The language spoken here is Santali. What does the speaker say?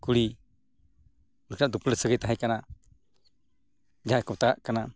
ᱠᱩᱲᱤ ᱞᱮᱠᱟ ᱫᱩᱯᱞᱟᱹᱲ ᱥᱟᱹᱜᱟᱹᱭ ᱛᱟᱦᱮᱸ ᱠᱟᱱᱟ ᱡᱟᱦᱟᱸ ᱠᱚ ᱢᱮᱛᱟᱜ ᱠᱟᱱᱟ